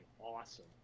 awesome